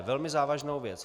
Velmi závažnou věc.